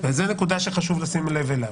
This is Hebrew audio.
זאת נקודה שחשוב לשים לב אליה.